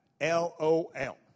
L-O-L